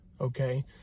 Okay